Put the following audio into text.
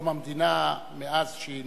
לשלום המדינה מאז שהיא